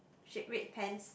shade red pants